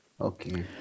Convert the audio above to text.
Okay